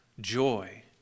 joy